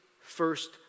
first